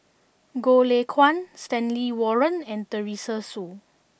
Goh Lay Kuan Stanley Warren and Teresa Hsu